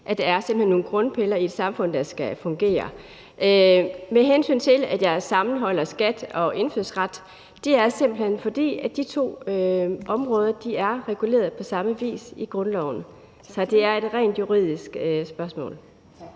fordi der simpelt hen er nogle grundpiller i et samfund, der skal fungere. Når jeg sammenholder skat og indfødsret, er det simpelt hen, fordi de to områder er reguleret på samme vis i grundloven. Så det er et rent juridisk spørgsmål.